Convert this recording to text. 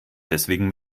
deswegen